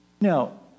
Now